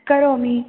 करोमि